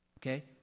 Okay